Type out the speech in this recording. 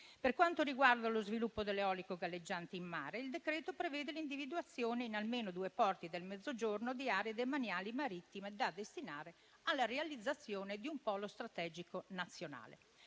Per quanto riguarda lo sviluppo dell'eolico galleggiante in mare, il decreto-legge prevede l'individuazione in almeno due porti del Mezzogiorno di aree demaniali marittime da destinare alla realizzazione di un polo strategico nazionale,